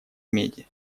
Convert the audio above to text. меди